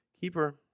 Keeper